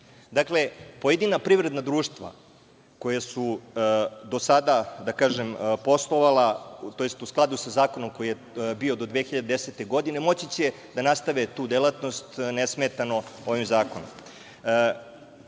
Dakle, pojedina privredna društva koja su do sada, da kažem, poslovala, tj u skladu sa zakonom koji je bio do 2010. godine, moći će da nastave tu delatnost nesmetano ovim zakonom. Sa